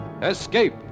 Escape